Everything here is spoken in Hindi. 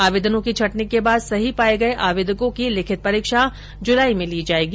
आवेदनों की छटनी के बाद सही पाये गये आवेदको की लिखित परीक्षा जुलाई में ली जायेगी